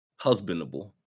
husbandable